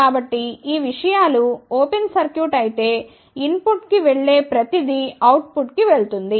కాబట్టి ఈ విషయాలు ఓపెన్ సర్క్యూట్ అయితే ఇన్ పుట్ కి వెళ్ళే ప్రతీదీ ఔట్పుట్ కి వెళ్తుంది